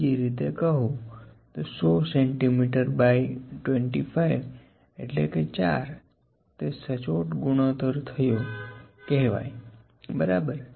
બીજી રીતે કહું તો 100 સેન્ટીમીટર બાઈ 25 એટલે કે 4 તે સચોટ ગુણોત્તર થયો કહેવાય બરાબર